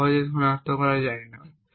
যা সহজেই সনাক্ত করা যায় না